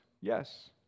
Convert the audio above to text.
Yes